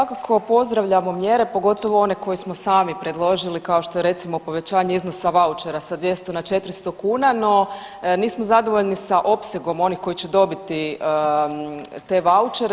Svakako pozdravljamo mjere, pogotovo one koje smo sami predložili kao što je recimo povećanje iznosa vaučera sa 200 na 400 kuna, no nismo zadovoljni sa opsegom onih koji će dobiti te vaučere.